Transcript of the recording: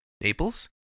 Naples